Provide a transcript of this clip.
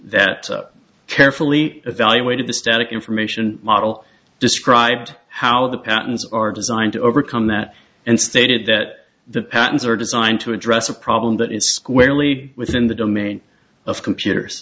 that carefully evaluated the static information model described how the patents are designed to overcome that and stated that the patents are designed to address a problem that is squarely within the domain of computers